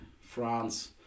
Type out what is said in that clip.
France